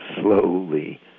slowly